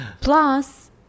Plus